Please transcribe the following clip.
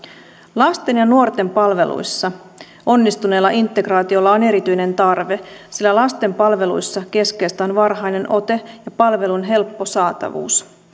lasten ja nuorten palveluissa onnistuneella integraatiolla on erityinen tarve sillä lasten palveluissa keskeistä on varhainen ote ja palvelun helppo saatavuus